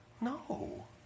No